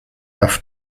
auf